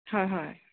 হয় হয়